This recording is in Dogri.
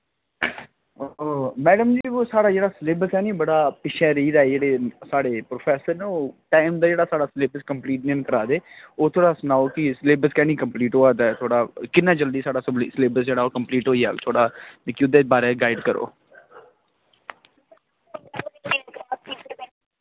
मैड़म जी ओह् साढ़ा जेह्ड़ा स्लेबस ऐ नी बड़ा पिच्छें रेही दा साढ़े जेह्ड़े प्रौफेसर न ओह् टाईम दा ओह् जेह्ड़ा स्लेबस कंपलीट निं हैन करा दे ओह् थोह्ड़ा सनाओ कि सलेबस कैंह् निं कंपलीट होआ दा ऐ किन्ना जल्दी साढ़ा सलेबस जेह्ड़ा ओह् कंपलीट होई जाह्ग थोह्ड़ा मिगी ओह्दै बारै च गाईड़ करो